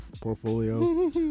portfolio